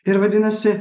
ir vadinasi